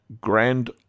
grand